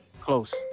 Close